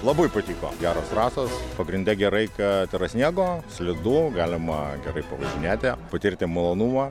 labai patiko geros trasos pagrinde gerai kad yra sniego slidu galima gerai pavažinėti patirti malonumą